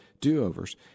do-overs